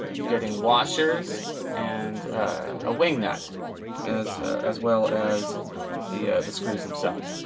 you're getting washers and a wing nut as as well as the the screws themselves.